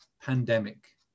pandemic